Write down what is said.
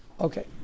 Okay